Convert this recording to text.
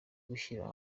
gushyira